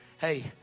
Hey